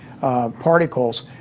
particles